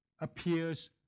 appears